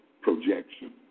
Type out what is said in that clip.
projection